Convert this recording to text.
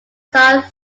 started